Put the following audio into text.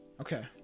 Okay